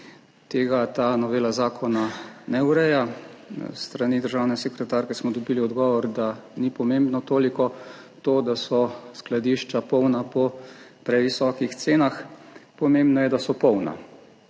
Tega ta novela zakona ne ureja. S strani državne sekretarke smo dobili odgovor, da ni pomembno toliko to, da so skladišča polna po previsokih cenah, pomembno je, da so polna.